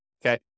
Okay